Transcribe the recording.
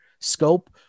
scope